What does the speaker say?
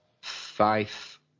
Five